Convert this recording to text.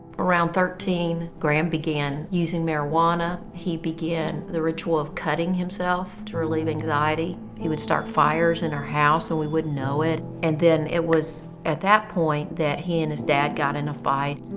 around thirteen, graham began using marijuana. he began the ritual of cutting himself to relieve anxiety. he would start fires in our house and we wouldn't know it. and then it was at that point that he and his dad got in a fight.